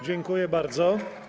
Dziękuję bardzo.